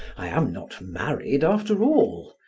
i am not married after all.